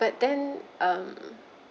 but then um